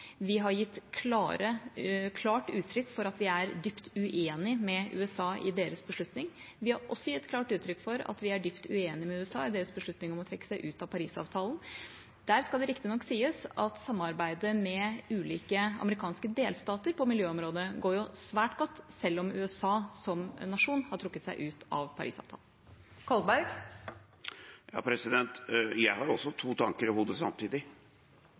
Vi har gitt klart uttrykk for at vi er dypt uenig med USA i deres beslutning. Vi har også gitt klart uttrykk for at vi er dypt uenig med USA i deres beslutning om å trekke seg ut av Parisavtalen. Der skal det riktignok sies at samarbeidet med ulike amerikanske delstater på miljøområdet går svært godt, selv om USA som nasjon har trukket seg ut av Parisavtalen. Jeg har også to tanker i hodet samtidig.